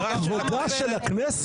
זה כבודה של הכנסת?